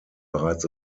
bereits